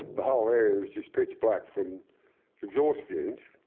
the whole area was just pitch black from exhaust fumes.